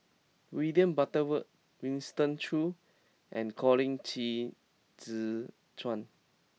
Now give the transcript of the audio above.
William Butterworth Winston Choos and Colin Qi Zhe Quan